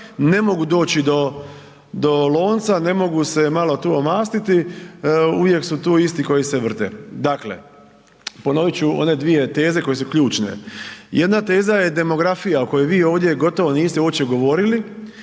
ne mogu doći do lonca, ne mogu se malo tu omastiti, uvijek su tu isti koji se vrte. Dakle, ponoviti ću one dvije teze koje su ključne. Jedna teza je demografija o kojoj vi ovdje gotovo niste uopće govorili